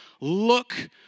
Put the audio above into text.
look